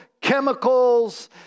chemicals